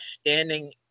standing